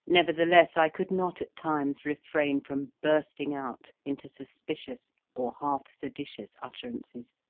nevertheless i could not at times refrain from bursting out into suspicious or half-seditious utterances,